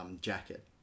jacket